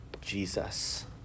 jesus